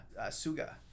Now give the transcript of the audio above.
Suga